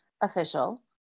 official